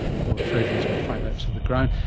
although treasuries would fight that to the ground.